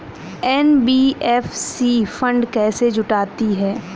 NBFC fund कैसे जुटाती है?